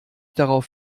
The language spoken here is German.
darauf